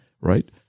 right